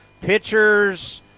pitchers –